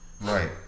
Right